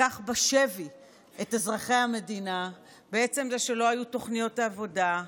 לקח בשבי את אזרחי המדינה בעצם זה שלא היו תוכניות עבודה,